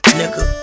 nigga